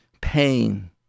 pain